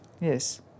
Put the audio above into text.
Yes